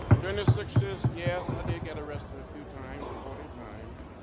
kind of sixty s? yes, i did get arrested a few times, forty times.